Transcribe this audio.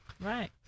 Right